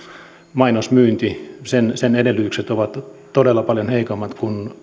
mainosmyynnin edellytykset ovat todella paljon heikommat kuin hyvinä taloudellisen nousun